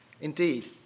Indeed